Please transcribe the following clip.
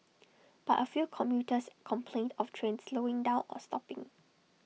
but A few commuters complained of trains slowing down or stopping